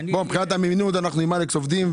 מבחינת אמינות, אנחנו עובדים עם אלכס.